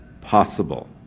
possible